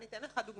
אני אביא דוגמה.